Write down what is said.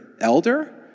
elder